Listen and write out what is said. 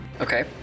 Okay